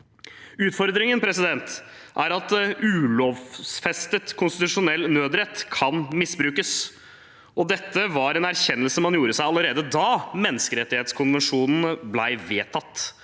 Utfordringen er at ulovfestet konstitusjonell nødrett kan misbrukes. Dette var en erkjennelse man gjorde allerede da menneskerettighetskonvensjonen ble vedtatt.